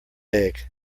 egg